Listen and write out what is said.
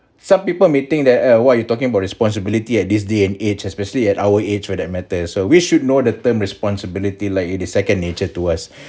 some people may think that uh what you talking about responsibility at this day and age especially at our age where that matters so we should know the term responsibility like it is second nature to us